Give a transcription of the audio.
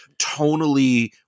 tonally